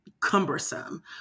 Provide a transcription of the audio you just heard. cumbersome